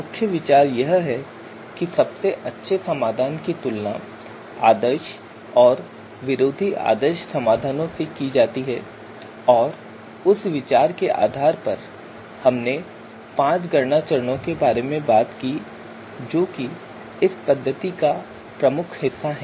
मुख्य विचार यह है कि सबसे अच्छे समाधान की तुलना आदर्श और विरोधी आदर्श समाधानों से की जाती है और उस विचार के आधार पर हमने पांच गणना चरणों के बारे में बात की जो इस पद्धति का हिस्सा हैं